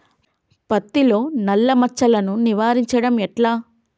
పత్తిలో నల్లా మచ్చలను నివారించడం ఎట్లా?